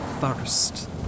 first